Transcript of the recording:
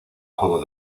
juego